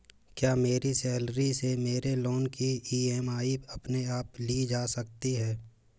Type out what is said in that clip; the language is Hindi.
क्या मेरी सैलरी से मेरे लोंन की ई.एम.आई अपने आप ली जा सकती है?